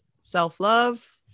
self-love